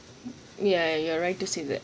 ya you are right to say that